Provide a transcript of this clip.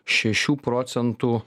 šešių procentų